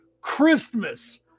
Christmas